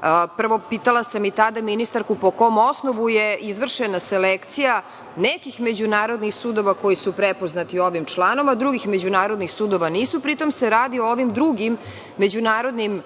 sud. Pitala sam i tada ministarku – po kom osnovu je izvršena selekcija nekih međunarodnih sudova koji su prepoznati ovim članom, a drugih međunarodnih sudova nisu? Pri tom se radi o ovim drugim međunarodnim